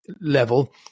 level